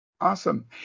Awesome